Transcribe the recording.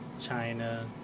china